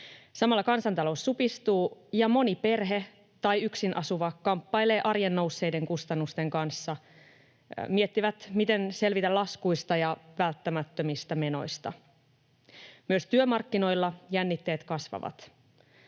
Samalla kansantalous supistuu ja moni perhe tai yksin asuva kamppailee arjen nousseiden kustannusten kanssa, miettii, miten selvitä laskuista ja välttämättömistä menoista. Myös työmarkkinoilla jännitteet kasvavat.